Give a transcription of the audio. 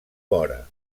vora